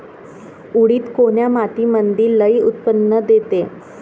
उडीद कोन्या मातीमंदी लई उत्पन्न देते?